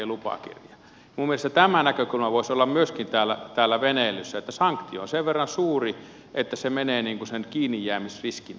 minun mielestäni tämä näkökulma voisi olla myöskin täällä veneilyssä että sanktio on sen verran suuri että se menee sen kiinnijäämisriskin edelle